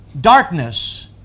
darkness